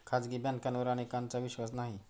खाजगी बँकांवर अनेकांचा विश्वास नाही